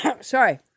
Sorry